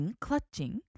clutching